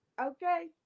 Okay